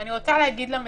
אני רוצה להגיד למדינה,